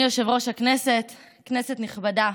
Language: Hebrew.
אדוני יושב-ראש הכנסת, כנסת נכבדה,